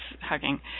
hugging